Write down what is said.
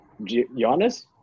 Giannis